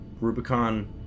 Rubicon